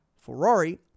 Ferrari